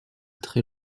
très